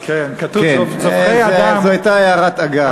כתוב: זובחי אדם, זו הייתה הערת אגב.